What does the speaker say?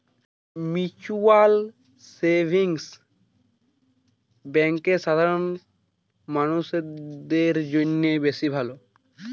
mutual savings bank সাধারণ মানুষদের জন্য বেশ ভালো